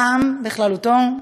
בעם בכללותו,